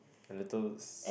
a little